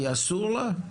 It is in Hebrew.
כי אסור לה?